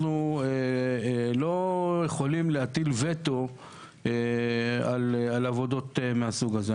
אנחנו לא יכולים להטיל וטו על עבודות מהסוג הזה.